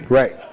right